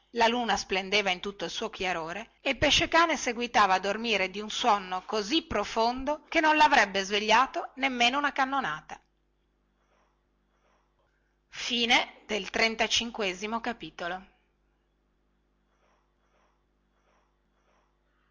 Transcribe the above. la luna splendeva in tutto il suo chiarore e il pesce-cane seguitava a dormire di un sonno così profondo che non lavrebbe svegliato nemmeno una cannonata